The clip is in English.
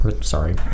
sorry